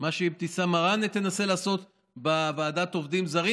מה שאבתיסאם מראענה תנסה לעשות בוועדת עובדים זרים,